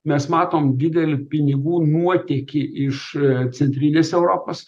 mes matom didelį pinigų nuotėkį iš centrinės europos